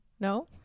No